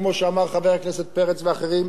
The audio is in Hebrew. כמו שאמר חבר הכנסת פרץ ואמרו אחרים,